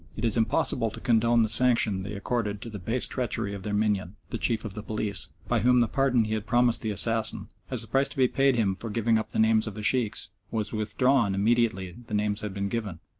it is impossible to condone the sanction they accorded to the base treachery of their minion, the chief of the police, by whom the pardon he had promised the assassin, as the price to be paid him for giving up the names of the sheikhs, was withdrawn immediately the names had been given,